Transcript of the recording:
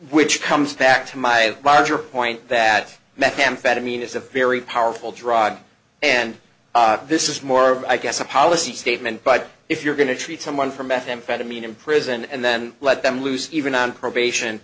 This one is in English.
which comes back to my larger point that methamphetamine is a very powerful drug and this is more i guess a policy statement but if you're going to treat someone for methamphetamine in prison and then let them loose even on probation